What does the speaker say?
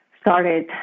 started